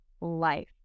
life